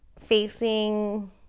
facing